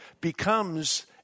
becomes